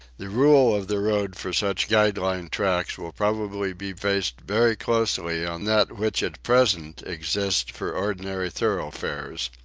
the rule of the road for such guide-line tracks will probably be based very closely on that which at present exists for ordinary thoroughfares.